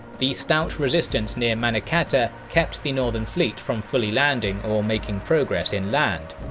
the stout resistance near munakata kept the northern fleet from fully landing or making progress inland.